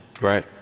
Right